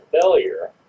failure